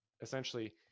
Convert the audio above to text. essentially